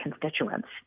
constituents